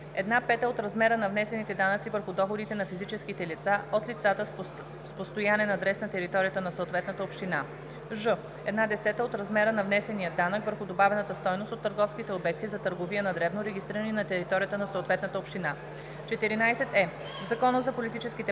една пета от размера на внесените данъци върху доходите на физическите лица от лицата с постоянен адрес на територията на съответната община; ж) една десета от размера на внесения данък върху добавената стойност от търговските обекти за търговия на дребно, регистрирани на територията на съответната община. 14е. В Закона за политическите